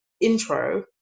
intro